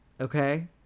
okay